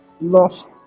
Lost